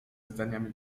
zdaniami